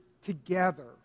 together